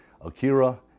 Akira